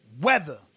Weather